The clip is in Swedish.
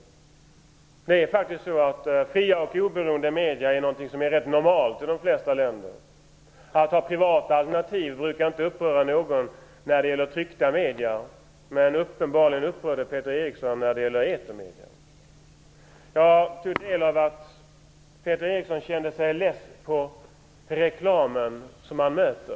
Fria och oberoende medier är faktiskt någonting som är rätt normalt i de flesta länder. Att ha privata alternativ brukar inte uppröra någon när det gäller tryckta medier, men uppenbarligen upprör det Peter Eriksson när det gäller etermedier. Jag uppfattade att Peter Eriksson kände sig less på den reklam som han möter.